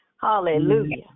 Hallelujah